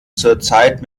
zurzeit